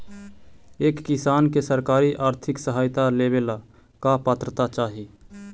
एक किसान के सरकारी आर्थिक सहायता लेवेला का पात्रता चाही?